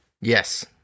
Yes